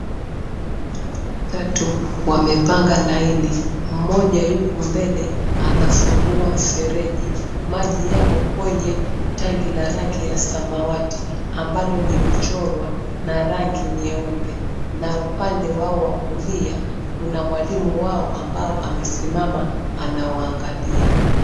Watoto watatu wamepanga laini; mmoja yupo mbele anafungua mfereji. Maji yako kwenye tangi la rangi ya samawati ambalo limechorwa na rangi nyeupe na upande wao wa kulia kuna mwalimu wao ambae amesimama anawaangalia.